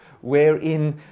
wherein